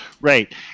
Right